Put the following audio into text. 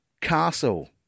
castle